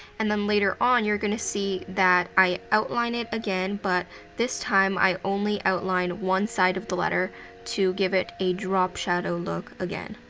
and then, later on, you're gonna see that i outline it again, but this time, i only outline one side of the letter to give it a drop shadow look again.